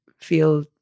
feel